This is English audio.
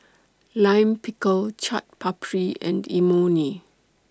Lime Pickle Chaat Papri and Imoni